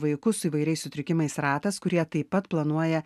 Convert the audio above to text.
vaikus su įvairiais sutrikimais ratas kurie taip pat planuoja